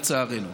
לצערנו.